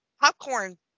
popcorn